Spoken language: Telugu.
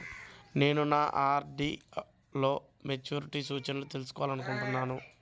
నేను నా ఆర్.డీ లో మెచ్యూరిటీ సూచనలను తెలుసుకోవాలనుకుంటున్నాను